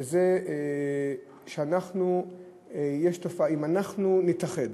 וזה שאם אנחנו נתאחד,